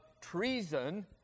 treason